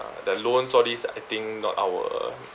the loans all this I think not our